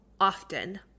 often